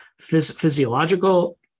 physiological